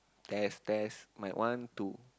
test test mic one two